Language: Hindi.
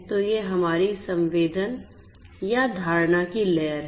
तो यह हमारी संवेदन या धारणा की लेयर है